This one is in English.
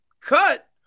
cut